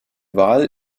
wahl